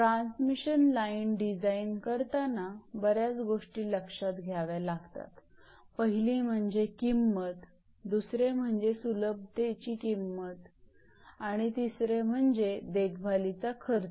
transmission line design करताना बऱ्याच गोष्टी लक्षात घ्याव्या लागतात पहिली म्हणजे किंमत दुसरे म्हणजे सुलभतेची किंमत आणि तिसरे म्हणजे देखभालीचा खर्च